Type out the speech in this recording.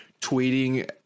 tweeting